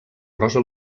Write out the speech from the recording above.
rosa